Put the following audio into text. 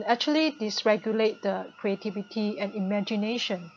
actually it's regulate the creativity and imagination